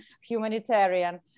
humanitarian